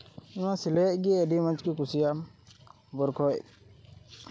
ᱱᱚᱣᱟ ᱥᱤᱞᱟᱭᱟᱜ ᱜᱮ ᱟᱹᱰᱤ ᱢᱚᱡᱽ ᱠᱚ ᱠᱩᱥᱤᱭᱟᱜᱼᱟ ᱵᱚᱨᱠᱚᱡ